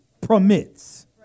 permits